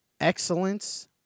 Excellence